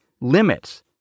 limits